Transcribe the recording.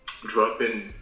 dropping